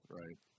right